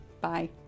Bye